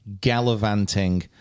gallivanting